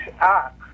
act